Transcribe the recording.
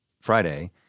Friday